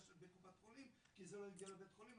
בקופת חולים כי זה לא הגיע לבית חולים,